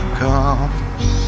comes